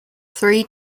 three